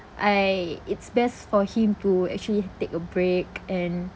I it's best for him to actually take a break and